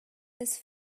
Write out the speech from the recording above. this